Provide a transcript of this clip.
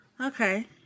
Okay